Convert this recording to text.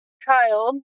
child